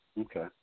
Okay